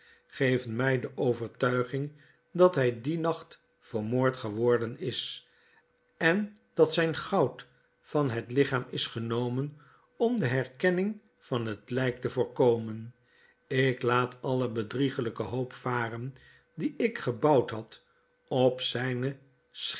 geven my de overtuiging dat hy dien nacnt vermoord geworden is en dat zyn goud van het lichaam is genomen om de herkenning van het lyk te voorkomen ik laatalle bedriegelyke hoop varen die ik gebouwd had op zyne